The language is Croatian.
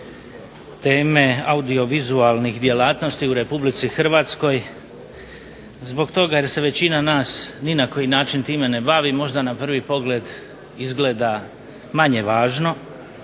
teme audiovizualnih djelatnosti u Republici Hrvatskoj zbog toga jer se većina nas ni na koji način time ne bavi, možda na prvi pogled izgleda manje važno,